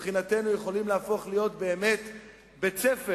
מבחינתנו יכולים להפוך להיות באמת בית-ספר,